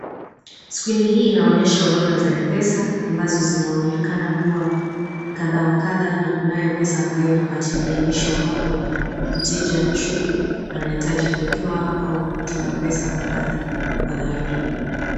Skrini hii inaonyesha orodha za Mpesa ambazo zinaonekana kuwa kadha wa kadha na kunayo pesa ambayo inapatilianishwa hapo na mteja anashuku anahitaji kuwekewa au kutuma pesa mahali kwa dharura.